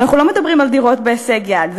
ואנחנו לא מדברים על דירות בהישג יד.